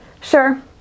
Sure